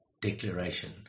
declaration